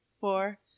four